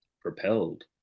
propelled